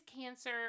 Cancer